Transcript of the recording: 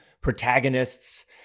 protagonists